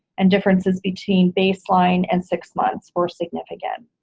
and differences between baseline and six months were significant.